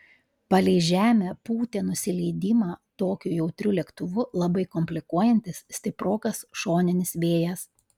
palei žemę pūtė nusileidimą tokiu jautriu lėktuvu labai komplikuojantis stiprokas šoninis vėjas